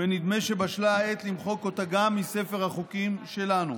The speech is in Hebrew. ונדמה שבשלה העת למחוק אותה גם מספר החוקים שלנו.